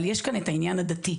אבל יש כאן את העניין הדתי,